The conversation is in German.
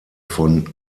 von